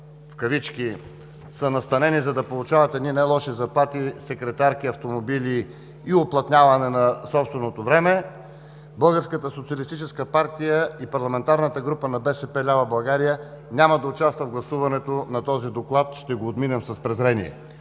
хора“, за да получават не лоши заплати, секретарки, автомобили и уплътняване на собственото време, Българската социалистическа партия и Парламентарната група на БСП лява България няма да участват в гласуването на този Доклад. Ще го отминем с презрение!